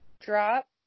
drop